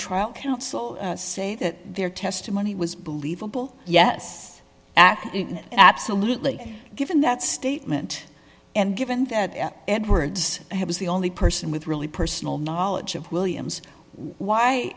trial counsel say that their testimony was believable yes ak absolutely given that statement and given that edwards was the only person with really personal knowledge of williams why